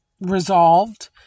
resolved